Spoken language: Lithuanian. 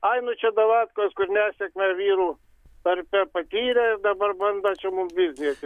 ai nu čia davatkos kur nesėkmę vyrų tarpe pagyrė dabar bando čia mum viltį atimt